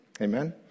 Amen